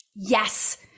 Yes